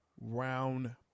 round